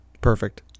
Perfect